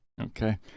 Okay